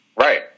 Right